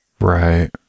Right